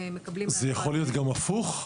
זה יכול להיות גם הפוך?